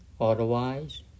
Otherwise